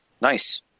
Nice